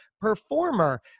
performer